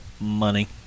money